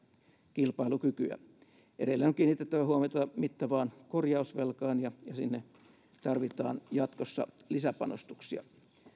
kilpailukykyä edelleen on kiinnitettävä huomiota mittavaan korjausvelkaan ja sinne tarvitaan jatkossa lisäpanostuksia